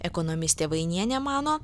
ekonomistė vainienė mano